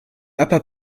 upper